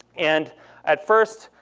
and at first,